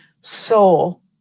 soul